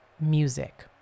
music